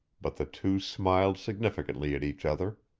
but the two smiled significantly at each other.